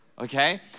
okay